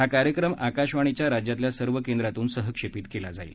हा कार्यक्रम आकाशवाणीच्या राज्यातल्या सर्व केंद्रांतून सहक्षेपित केला जाणार आहे